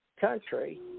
country